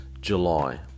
July